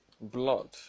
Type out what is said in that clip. blood